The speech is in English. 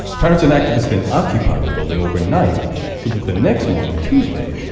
parents and activists then occupied the building overnight so that the next morning, tuesday,